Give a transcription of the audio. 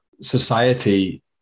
society